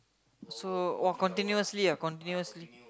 so !wah! continuously ah continuously